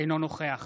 אינו נוכח